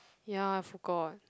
ya I forgot